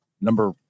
number